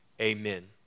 amen